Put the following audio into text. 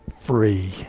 free